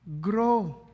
Grow